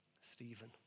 Stephen